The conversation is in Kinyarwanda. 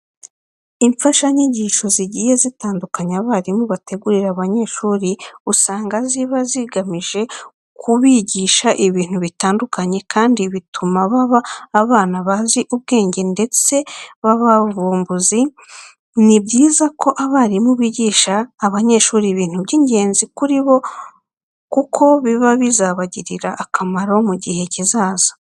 Imfashanyigisho zigiye zitandukanye abarimu bategurira abanyeshuri usanga ziba zigamije kubigisha ibintu bitandukanye kandi bituma baba abana bazi ubwenge ndetse b'abavumbuzi. Ni byiza ko abarimu bigisha abanyeshuri ibintu by'ingenzi kuri bo kuko biba bizabagirira akamaro mu gihe kizaza.